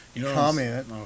comment